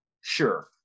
Sure